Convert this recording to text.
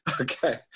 okay